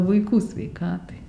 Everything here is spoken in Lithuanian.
vaikų sveikatai